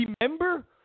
Remember